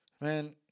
Man